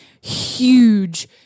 Huge